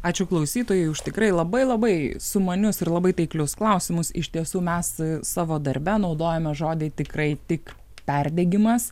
ačiū klausytojai už tikrai labai labai sumanius ir labai taiklius klausimus iš tiesų mes savo darbe naudojame žodį tikrai tik perdegimas